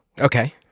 Okay